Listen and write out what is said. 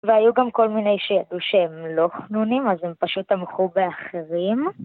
והיו גם כל מיני שהם לא חנונים, אז הם פשוט תמכו באחרים.